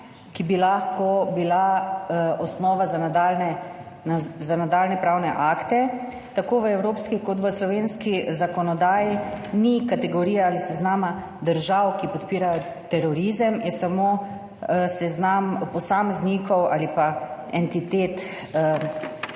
ki bi lahko bila osnova za nadaljnje pravne akte tako v evropski kot v slovenski zakonodaji ni kategorije ali seznama držav, ki podpirajo terorizem, je samo seznam posameznikov ali pa entitet, tozadevno.